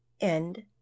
End